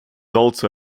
also